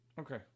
Okay